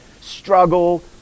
struggle